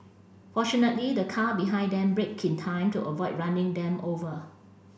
fortunately the car behind them braked in time to avoid running them over